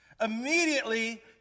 immediately